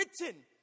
written